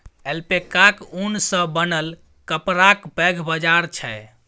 ऐल्पैकाक ऊन सँ बनल कपड़ाक पैघ बाजार छै